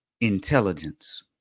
intelligence